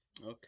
Okay